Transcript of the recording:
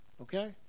Okay